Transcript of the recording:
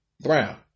Brown